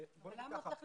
למה הוא צריך